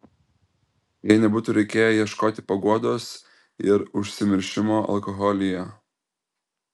jai nebūtų reikėję ieškoti paguodos ir užsimiršimo alkoholyje